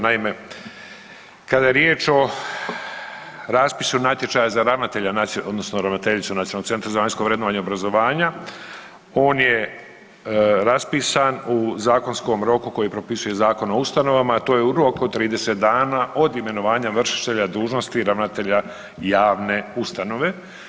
Naime, kada je riječ o raspisu natječaja za ravnatelja odnosno ravnateljicu Nacionalnog centra za vanjsko vrednovanje obrazovanja on je raspisan u zakonskom roku koji propisuje zakon o ustanovama, a to je u roku od 30 dana od imenovanja vršitelja dužnosti ravnatelja javne ustanove.